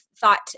thought